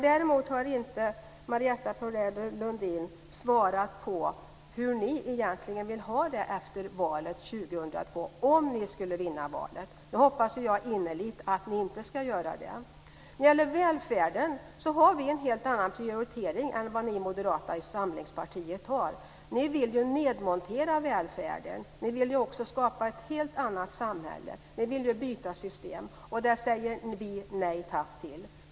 Däremot har inte Marietta de Pourbaix-Lundin svarat på hur ni egentligen vill ha det efter valet 2002, om ni skulle vinna valet. Nu hoppas ju jag innerligt att ni inte ska göra det. När det gäller välfärden har vi en helt annan prioritering än vad ni i Moderata samlingspartiet har. Ni vill ju nedmontera välfärden. Ni vill också skapa ett helt annat samhälle. Ni vill ju byta system. Det säger vi nej tack till.